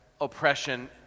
oppression